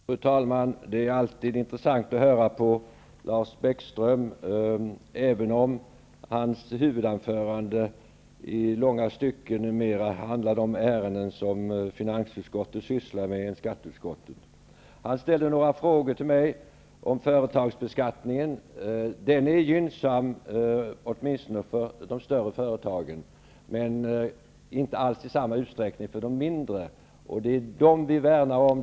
Fru talman! Det är alltid intressant att höra på Lars Bäckström, även om hans huvudanförande i långa stycken mer handlade om finansutskottets ärenden än skatteutskottets. Lars Bäckström ställde några frågor till mig om företagsbeskattningen. Den är gynnsam åtminstone för de större företagen, men inte i samma utsträckning för de mindre. Det är de mindre vi värnar om.